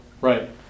Right